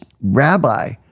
rabbi